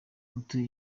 mutuye